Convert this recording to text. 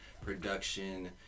production